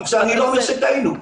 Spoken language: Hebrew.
אני לא אומר שטעינו.